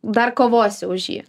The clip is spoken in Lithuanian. dar kovosi už jį